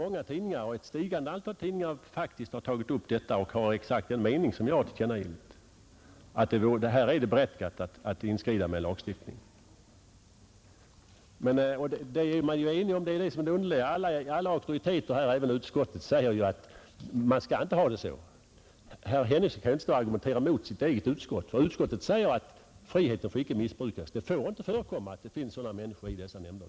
Det är ett faktum att ett stigande antal tidningar har tagit upp saken och har haft exakt samma mening som jag, nämligen att det är berättigat att inskrida med en lagstiftning. Alla auktoriteter, även utskottet, säger att man inte skall ha med de personer det här gäller. Herr Henningsson kan väl inte argumentera mot sitt eget utskott. Utskottet säger att friheten icke får missbrukas och att sådana personer inte får väljas in i dessa nämnder.